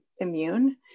immune